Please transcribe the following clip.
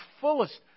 fullest